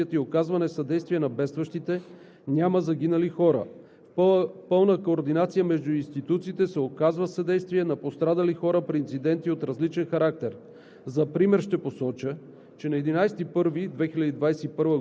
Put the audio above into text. Второ, вследствие на създадената организация по ликвидиране на произшествията и оказване съдействие на бедстващите няма загинали хора. В пълна координация между институциите се оказва съдействие на пострадали хора при инциденти от различен характер.